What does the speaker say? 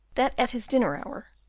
that at his dinner hour,